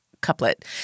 couplet